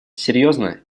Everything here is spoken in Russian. серьезно